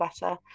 better